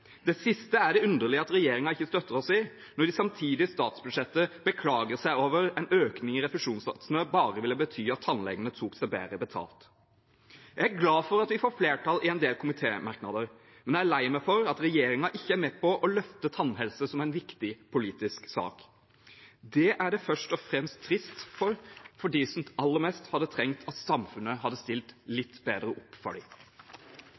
Det siste er det underlig at regjeringen ikke støtter oss i, når de samtidig i statsbudsjettet beklager seg over at en økning i refusjonssatsene bare ville bety at tannlegene tok seg bedre betalt. Jeg er glad for at vi får flertall i en del komitémerknader, men jeg er lei meg for at regjeringen ikke er med på å løfte tannhelse som en viktig politisk sak. Det er først og fremst trist for dem som aller mest hadde trengt at samfunnet hadde stilt